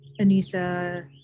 Anissa